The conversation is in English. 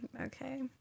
Okay